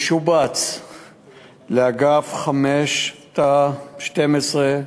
הוא שובץ לאגף 5 תא 12,